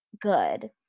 good